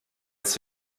its